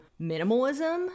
minimalism